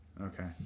Okay